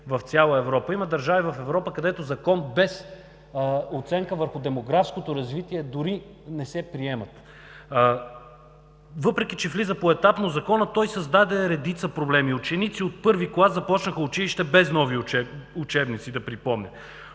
в цяла Европа. Има държави в Европа, където закон без оценка върху демографското развитие дори не се приема. Въпреки че Законът влиза поетапно, той създаде редица проблеми: ученици от първи клас започнаха училище без нови учебници, да припомня;